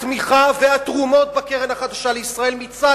התמיכה והתרומות לקרן החדשה לישראל מצד